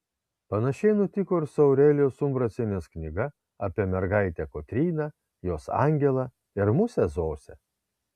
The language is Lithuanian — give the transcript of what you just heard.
panašiai nutiko ir su aurelijos umbrasienės knyga apie mergaitę kotryną jos angelą ir musę zosę